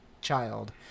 child